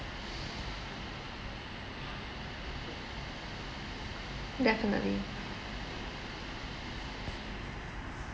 definitely